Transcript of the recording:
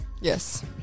Yes